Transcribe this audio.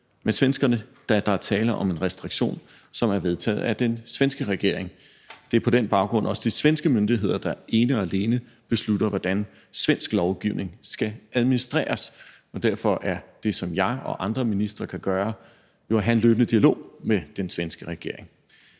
med svenskerne, da der er tale om en restriktion, som er vedtaget af den svenske regering. Det er på den baggrund også de svenske myndigheder, der ene og alene beslutter, hvordan svensk lovgivning skal administreres, og derfor er det, som jeg og andre ministre kan gøre, jo at have en løbende dialog med den svenske regering.